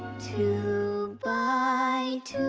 two by two